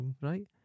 Right